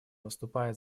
выступает